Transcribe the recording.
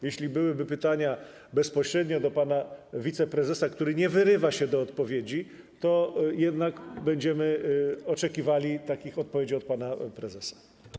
Jeśli byłyby pytania bezpośrednio do pana wiceprezesa, który nie wyrywa się do odpowiedzi, to jednak będziemy oczekiwali takich odpowiedzi od pana prezesa.